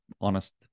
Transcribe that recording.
honest